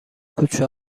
کوچه